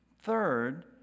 Third